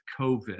COVID